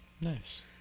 Nice